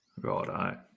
right